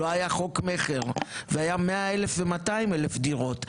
לא היה חוק מכר והיה 100,000 ו-200,000 דירות,